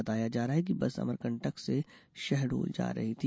बताया जा रहा है कि बस अमकंटक से शहडोल जा रही थी